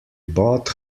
bought